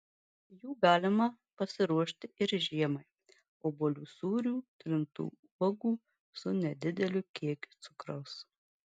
jų galima pasiruošti ir žiemai obuolių sūrių trintų uogų su nedideliu kiekiu cukraus